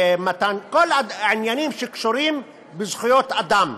כל העניינים שקשורים לזכויות אדם,